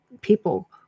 people